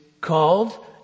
called